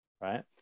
right